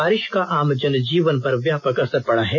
बारिष का आम जनजीवन पर व्यापक असर पड़ा है